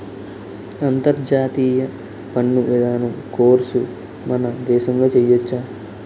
అంతర్జాతీయ పన్ను విధానం కోర్సు మన దేశంలో చెయ్యొచ్చా